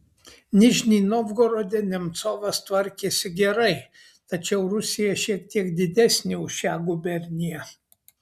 nižnij novgorode nemcovas tvarkėsi gerai tačiau rusija šiek tiek didesnė už šią guberniją